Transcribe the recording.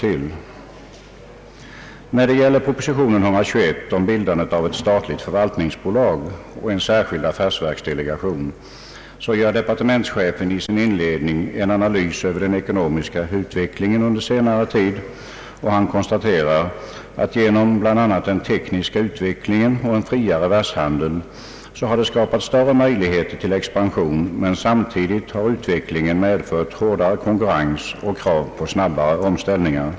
I proposition nr 121 om bildandet av ett statligt förvaltningsbolag och en särskild affärsverksdelegation gör departementschefen i sin inledning en analys av den ekonomiska utvecklingen under senare tid och konstaterar, att genom bl.a. den tekniska utvecklingen och en friare världshandel har det skapats större möjligheter till expansion, men att samtidigt utvecklingen medfört hårdare konkurrens och krav på snabbare omställningar.